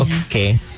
Okay